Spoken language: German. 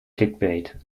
clickbait